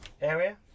area